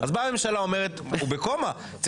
אז באה הממשלה ואומרת הוא בקומה.